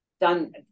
done